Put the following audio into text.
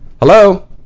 hello